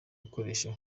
ibikoresho